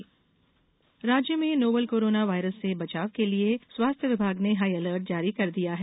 corona Silawat राज्य में novel corona virus से बचाव के लिये स्वास्थ्य विभाग ने हाई अलर्ट जारी किया है